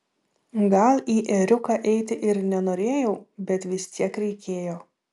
gal į ėriuką eiti ir nenorėjau bet vis tiek reikėjo